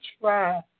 try